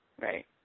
right